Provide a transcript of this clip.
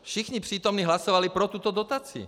Všichni přítomní hlasovali pro tuto dotaci.